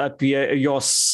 apie jos